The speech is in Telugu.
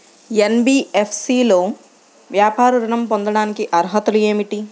ఎన్.బీ.ఎఫ్.సి లో వ్యాపార ఋణం పొందటానికి అర్హతలు ఏమిటీ?